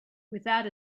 without